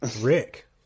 Rick